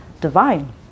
divine